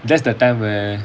that's the time where